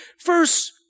first